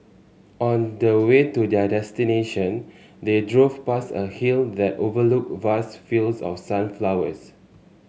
on the way to their destination they drove past a hill that overlooked vast fields of sunflowers